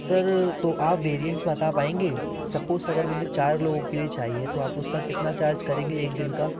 sir तो आप variants बता पाएँगे सपोस अगर मुझे चार लोगों के चाहिए तो आप उसका कितना चार्ज करेंगे एक दिन का